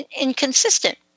inconsistent